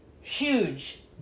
huge